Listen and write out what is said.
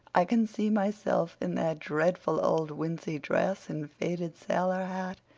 i can see myself, in that dreadful old wincey dress and faded sailor hat,